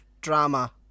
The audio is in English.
drama